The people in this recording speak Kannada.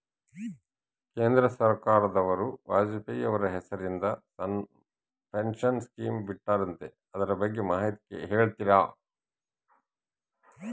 ಕೇಂದ್ರ ಸರ್ಕಾರದವರು ವಾಜಪೇಯಿ ಅವರ ಹೆಸರಿಂದ ಪೆನ್ಶನ್ ಸ್ಕೇಮ್ ಬಿಟ್ಟಾರಂತೆ ಅದರ ಬಗ್ಗೆ ಮಾಹಿತಿ ಹೇಳ್ತೇರಾ?